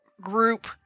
group